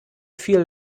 feel